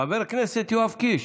חבר הכנסת יואב קיש.